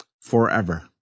forever